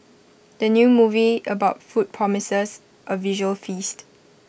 the new movie about food promises A visual feast